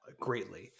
greatly